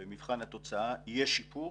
אני אומר בשורה התחתונה, במבחן התוצאה יש שיפור,